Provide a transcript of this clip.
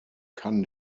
kann